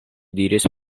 diris